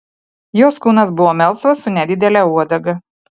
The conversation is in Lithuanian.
jos kūnas buvo melsvas su nedidele uodega